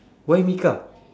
why mika